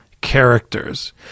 characters